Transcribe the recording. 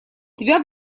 тебя